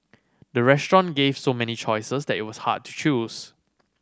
the restaurant gave so many choices that it was hard to choose